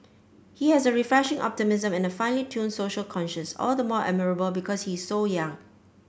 he has a refreshing optimism and a finely tuned social conscience all the more admirable because he is so young